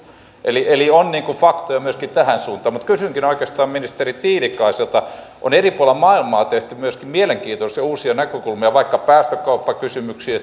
eli eli on faktoja myöskin tähän suuntaan mutta kysynkin oikeastaan ministeri tiilikaiselta on eri puolilla maailmaa tehty myöskin mielenkiintoisia uusia näkökulmia vaikka päästökauppakysymyksiin